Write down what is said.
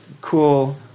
cool